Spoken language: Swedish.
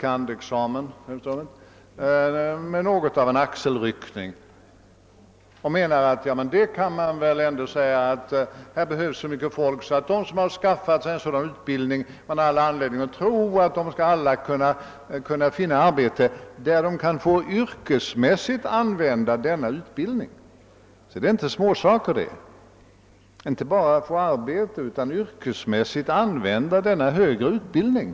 kand.-examen — med något av en axelryckning och menar att det behövs så mycket folk, att man har all anledning att tro att alla de som har skaffat sig sådan utbildning skall finna arbete där de yrkesmässigt kan använda denna utbildning. Det är inte småsaker det. De skall inte bara få arbete utan också möjlighet att yrkesmässigt använda denna högre utbildning!